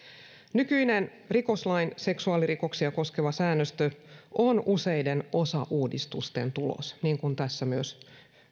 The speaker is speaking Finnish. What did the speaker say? nykyinen rikoslain seksuaalirikoksia koskeva säännöstö on useiden osauudistusten tulos niin kuin tässä myös